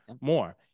more